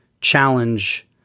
challenge